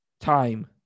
Time